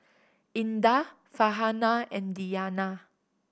Indah Farhanah and Diyana